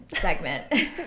segment